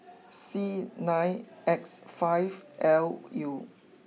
C nine X five L U